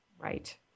Right